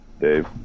Dave